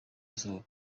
izuba